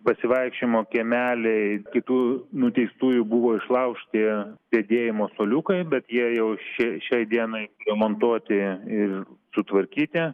pasivaikščiojimo kiemeliai kitų nuteistųjų buvo išlaužti sėdėjimo suoliukai bet jie jau šė šiai dienai remontuoti ir sutvarkyti